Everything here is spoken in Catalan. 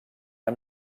amb